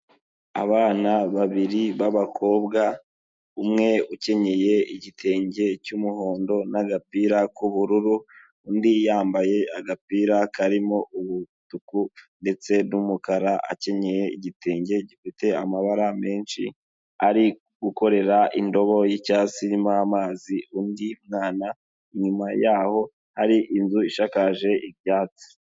Abana babiri b'abakobwa umwe ukenyeye igitenge cy'umuhondo n'agapira k'ubururu undi yambaye agapira karimo umutuku ndetse n'umukara akenye igitenge gifite amabara menshi, ari gukorera indobo y'icyatsi irimo amazi undi mwana, inyuma yaho hari inzu ishakaje ibyatsi.